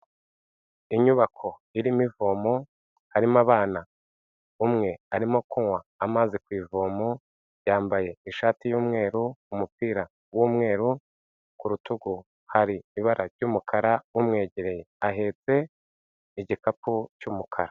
Inyubako irimo ivomo, harimo abana, umwe arimo kunywa amazi ku ivomo, yambaye ishati y'umweru, umupira w'umweru, ku rutugu hari ibara ry'umukara, umwegereye ahetse igikapu cy'umukara.